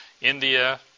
India